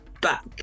back